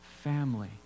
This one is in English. family